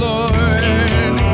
Lord